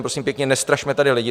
Prosím pěkně, nestrašme tady lidi.